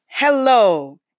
Hello